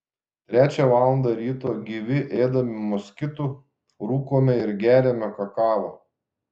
trečią valandą ryto gyvi ėdami moskitų rūkome ir geriame kakavą